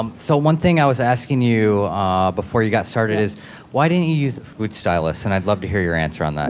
um so one thing i was asking you before you got started is why didn't you use a food stylist? and i'd love to hear your answer on that